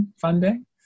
funding